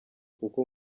kuko